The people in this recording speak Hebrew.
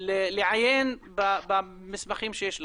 לעיין במסמכים שיש לכם?